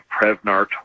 Prevnar